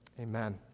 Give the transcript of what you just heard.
Amen